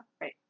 Right